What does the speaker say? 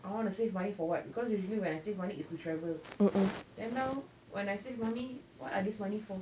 I want to save money for what because usually when I save money it's to travel then now when I save money why are this money for